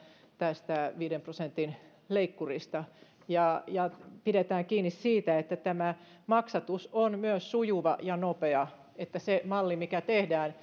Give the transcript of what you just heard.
tästä viiden prosentin leikkurista ja ja pidetään kiinni siitä että tämä maksatus on myös sujuvaa ja nopeaa ja että siinä mallissa mikä tehdään